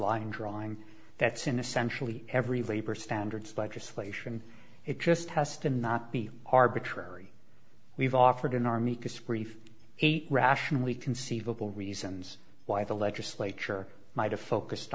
line drawing that's in essentially every labor standards legislation it just has to not be arbitrary we've offered an army eight rationally conceivable reasons why the legislature might have focused